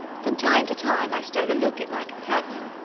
from time to time i stole a look at my companion.